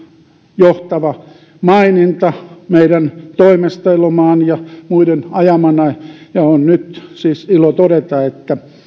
johtava maininta meidän toimestamme elomaan ja muiden ajamana ja on nyt siis ilo todeta että